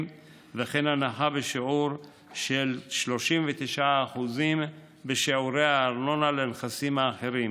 וכן הנחה בשיעור של 39% בשיעורי הארנונה לנכסים האחרים.